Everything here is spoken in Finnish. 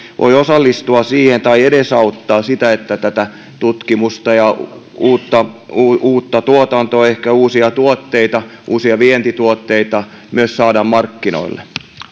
voi osallistua siihen tai edesauttaa sitä että tätä tutkimusta ja uutta uutta tuotantoa ehkä uusia tuotteita uusia vientituotteita myös saadaan markkinoille